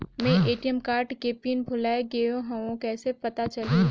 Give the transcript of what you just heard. मैं ATM card के pin भुलाए गे हववं कइसे पता चलही?